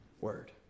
word